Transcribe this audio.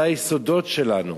זה היסודות שלנו,